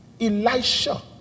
Elisha